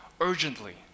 urgently